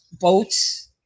boats